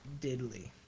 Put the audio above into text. diddly